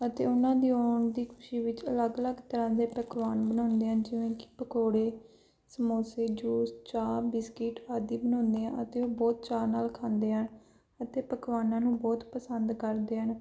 ਅਤੇ ਉਹਨਾਂ ਦੀ ਆਉਣ ਦੀ ਖੁਸ਼ੀ ਵਿੱਚ ਅਲੱਗ ਅਲੱਗ ਤਰ੍ਹਾਂ ਦੇ ਪਕਵਾਨ ਬਣਾਉਂਦੇ ਆ ਜਿਵੇਂ ਕਿ ਪਕੌੜੇ ਸਮੋਸੇ ਜੂਸ ਚਾਹ ਬਿਸਕਿਟ ਆਦਿ ਬਣਾਉਂਦੇ ਆ ਅਤੇ ਉਹ ਬਹੁਤ ਚਾਅ ਨਾਲ ਖਾਂਦੇ ਆ ਅਤੇ ਪਕਵਾਨਾਂ ਨੂੰ ਬਹੁਤ ਪਸੰਦ ਕਰਦੇ ਹਨ